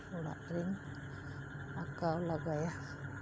ᱚᱲᱟᱜ ᱨᱤᱧ ᱟᱸᱠᱟᱣ ᱞᱮᱜᱟᱭᱟ